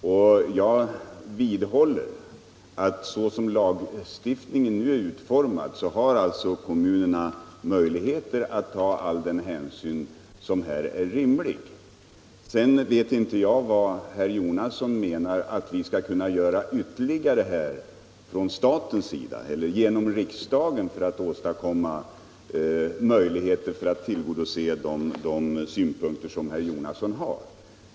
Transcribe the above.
Och jag vidhåller att så som lagstiftningen nu är utformad har kommunerna möjligheter att ta all den hänsyn som här är Sedan vet inte jag vad herr Jonasson menar med att vi skall kunna Torsdagen den göra ytterligare från staten eller genom riksdagen för att åstadkomma 3 april 1975 möjligheter att tillgodose de synpunkter som herr Jonasson har.